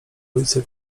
ulicy